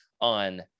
on